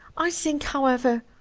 i think, however,